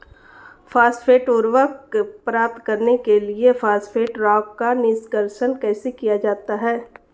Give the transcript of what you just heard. Phosphate उर्वरक प्राप्त करने के लिए फॉस्फेट रॉक का निष्कर्षण कैसे किया जाता है?